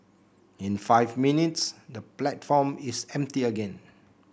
in five minutes the platform is empty again